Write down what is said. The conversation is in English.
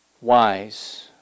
wise